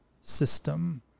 system